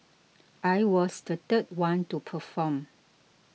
I was the third one to perform